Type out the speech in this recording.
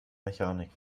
mechanik